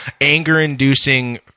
anger-inducing